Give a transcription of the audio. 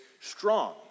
strong